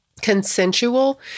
consensual